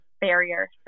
barrier